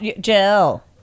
Jill